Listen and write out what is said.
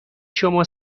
شما